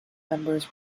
members